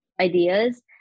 ideas